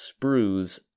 sprues